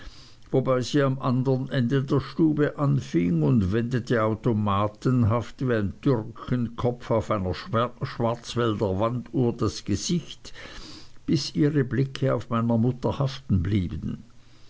wobei sie am andern ende der stube anfing und wendete automatenhaft wie ein türkenkopf auf einer schwarzwälderwanduhr das gesicht bis ihre blicke auf meiner mutter haften blieben